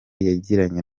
yagiranye